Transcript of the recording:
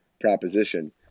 proposition